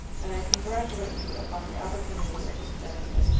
and i congratulate you upon the opportunity of extending it.